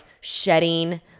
shedding